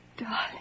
Darling